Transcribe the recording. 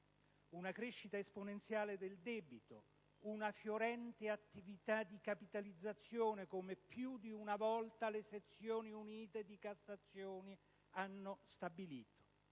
una crescita esponenziale del debito, una fiorente attività di capitalizzazione, come più di una volta le sezioni unite di Cassazione hanno stabilito.